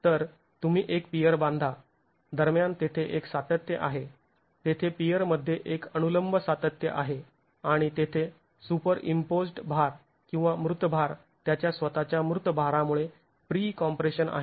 तर तुम्ही एक पियर बांधा दरम्यान तेथे एक सातत्य आहे तेथे पियर मध्ये एक अनुलंब सातत्य आहे आणि तेथे सुपरइंम्पोज्ड् भार आणि मृत भार त्याच्या स्वतःच्या मृत भारामुळे प्री कॉम्प्रेशन आहे